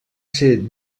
ser